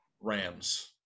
rams